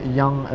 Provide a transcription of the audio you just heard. young